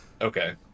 Okay